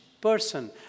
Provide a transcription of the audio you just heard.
person